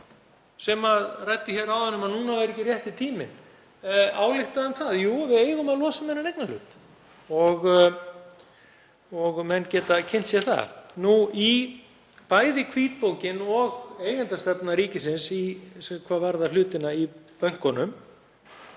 sem ræddi hér áðan um að nú væri ekki rétti tíminn, ályktað um það að við eigum að losa um þennan eignarhlut og menn geta kynnt sér það. Bæði í hvítbókinni og eigendastefnu ríkisins, hvað varðar hlutina í bönkunum,